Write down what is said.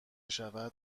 شود